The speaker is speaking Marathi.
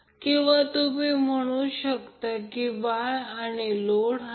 त्याचप्रमाणे हे समीकरण प्राप्त केले आहे Ib Ia अँगल 120° म्हणून ते 6